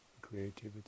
creativity